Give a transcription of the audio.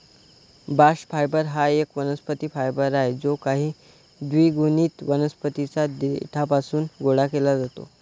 bast fibre हा एक वनस्पती फायबर आहे जो काही द्विगुणित वनस्पतीं च्या देठापासून गोळा केला जातो